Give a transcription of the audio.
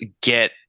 get